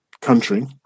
Country